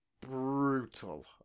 brutal